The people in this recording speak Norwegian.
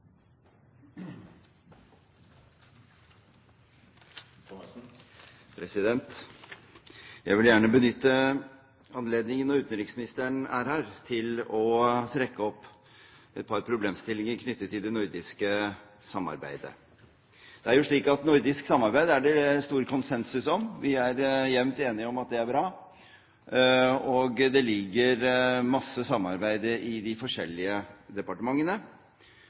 her, til å trekke opp et par problemstillinger knyttet til det nordiske samarbeidet. Det er jo slik at nordisk samarbeid er det stor konsensus om. Vi er jevnt enige om at det er bra, og det ligger masse samarbeid i de forskjellig departementene.